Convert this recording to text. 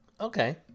Okay